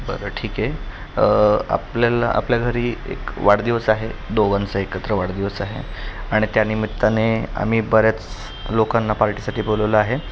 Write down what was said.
बरं ठीक आहे आपल्याला आपल्या घरी एक वाढदिवस आहे दोघांचा एकत्र वाढदिवस आहे आणि त्यानिमित्ताने आम्ही बऱ्याच लोकांना पार्टीसाठी बोलवलं आहे